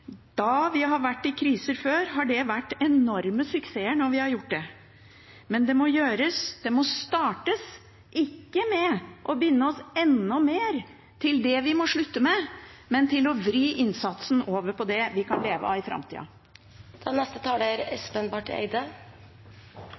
vi har vært i kriser før, har det gitt enorme suksesser når vi har gjort det. Men det må gjøres og startes – ikke ved å binde oss enda mer til det vi må slutte med, men ved å vri innsatsen over på det vi kan leve av i framtida. Når jeg tar ordet igjen, er